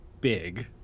big